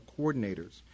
coordinators